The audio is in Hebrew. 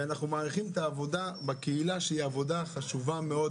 ואנחנו מעריכים את העבודה בקהילה שהיא עבודה חשובה מאוד